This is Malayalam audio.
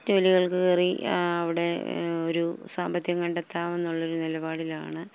ജോലികൾക്ക് കയറി അവിടെയൊരു സാമ്പത്തികം കണ്ടെത്താമെന്നുള്ളൊരു നിലപാടിലാണ്